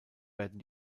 werden